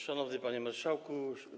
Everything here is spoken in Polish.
Szanowny Panie Marszałku!